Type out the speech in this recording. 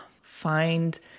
find